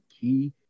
key